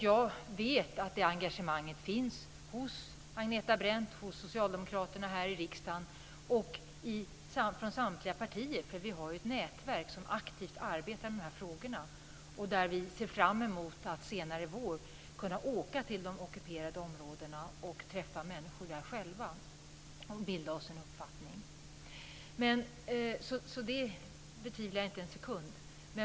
Jag vet att det engagemanget finns hos Agneta Brendt, hos socialdemokraterna här i riksdagen och inom samtliga partier. Vi har ju ett nätverk som aktivt arbetar med de här frågorna och där vi ser fram emot att senare i vår kunna åka till de ockuperade områdena och själva träffa människor och bilda oss en uppfattning. Detta engagemang betvivlar jag alltså inte en sekund.